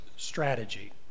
Strategy